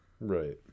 right